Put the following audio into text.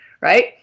right